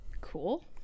Cool